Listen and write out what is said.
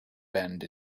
bend